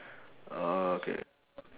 oh okay